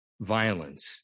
violence